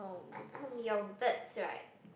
your birds right